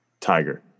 Tiger